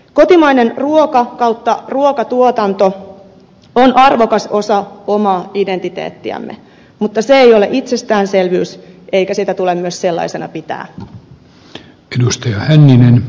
kotimainen ruoka ja ruokatuotanto ovat arvokas osa omaa identiteettiämme mutta se ei ole itsestäänselvyys eikä sitä tule myöskään sellaisena pitää